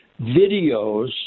videos